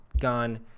gone